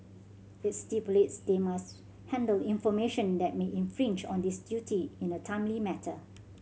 it stipulates they must handle information that may infringe on this duty in a timely matter